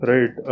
Right